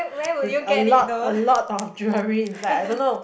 with a lot a lot of jewellery inside I don't know